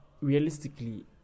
realistically